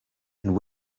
and